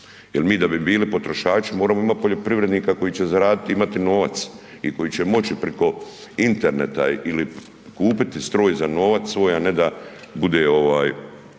jel mi da bi bili potrošači moramo imati poljoprivrednika koji će zaraditi i imati novac i koji će moći preko interneta ili kupiti stroj za novac svoj, a ne da bude izvaran